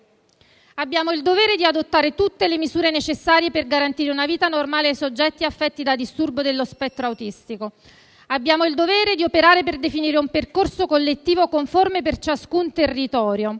Abbiamo il dovere di adottare tutte le misure necessarie per garantire una vita normale ai soggetti affetti da disturbo dello spettro autistico. Abbiamo il dovere di operare per definire un percorso collettivo conforme per ciascun territorio,